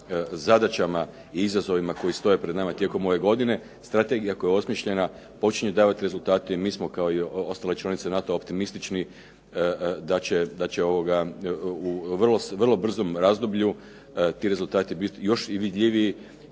i izazovima koji stoje pred nama i tijekom ove godine, strategija koja je osmišljena počinje davati rezultate i mi smo kao i ostale članice NATO-a optimistični da će u vrlo brzom razdoblju ti rezultati biti još i vidljiviji